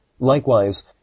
Likewise